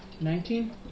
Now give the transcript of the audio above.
nineteen